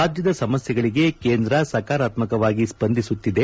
ರಾಜ್ಯದ ಸಮಸ್ಥೆಗಳಗೆ ಕೇಂದ್ರ ಸಕಾರಾತ್ತಕವಾಗಿ ಸ್ಪಂದಿಸುತ್ತಿದೆ